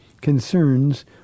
concerns